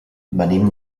venim